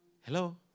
Hello